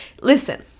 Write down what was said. Listen